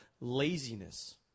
laziness